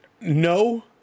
no